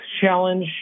challenge